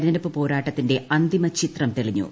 F തിരഞ്ഞെടുപ്പ് പോരാട്ടത്തിന്റെ അന്തിമചിത്രം തെളിഞ്ഞു